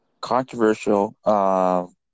Controversial